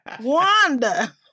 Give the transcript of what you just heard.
Wanda